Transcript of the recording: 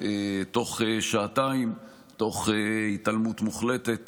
תוך שעתיים, תוך התעלמות מוחלטת